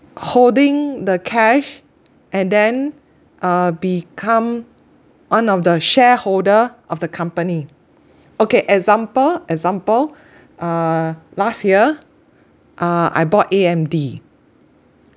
holding the cash and then uh become one of the shareholder of the company okay example example uh last year uh I bought A_M_D